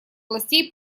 властей